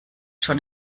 schon